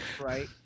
Right